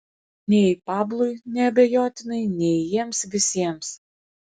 nei pablui neabejotinai nei jiems visiems